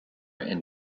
and